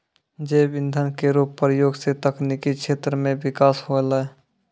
जैव इंधन केरो प्रयोग सँ तकनीकी क्षेत्र म बिकास होलै